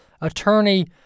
attorney